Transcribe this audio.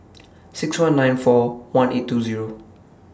six one nine four one eight two Zero